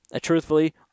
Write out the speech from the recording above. truthfully